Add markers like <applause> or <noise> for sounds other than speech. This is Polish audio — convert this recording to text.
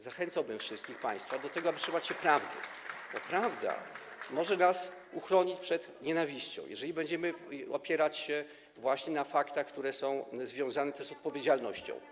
zachęcałbym wszystkich państwa do tego, aby trzymać się prawdy, <applause> bo prawda może nas uchronić przed nienawiścią, jeżeli będziemy opierać się na faktach, które są związane też z odpowiedzialnością.